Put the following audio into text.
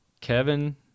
Kevin